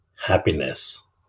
happiness